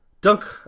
Dunk